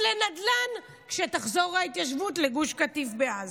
לנדל"ן כשתחזור ההתיישבות לגוש קטיף בעזה.